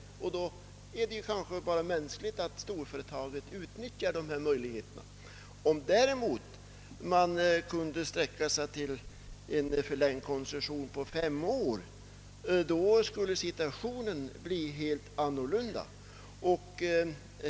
Det är kanske bara mänskligt att storföretaget utnyttjar möjligheterna. Kunde man däremot utsträcka koncessionstiden till fem år skulle situationen bli en helt annan.